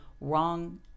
wrong